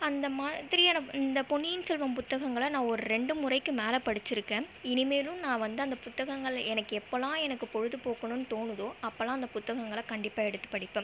அந்த மாதிரியான இந்த பொன்னியின் செல்வன் புத்தகங்களை நான் ஒரு ரெண்டு முறைக்கு மேலே படிச்சிருக்கேன் இனிமேலும் நான் வந்து அந்த புத்தகங்களை எனக்கு எப்போலாம் எனக்கு பொழுது போக்கனுன்னு தோணுதோ அப்போலாம் அந்த புத்தகங்களை கண்டிப்பாக எடுத்து படிப்பேன்